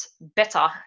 better